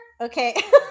Okay